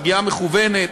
פגיעה מכוונת,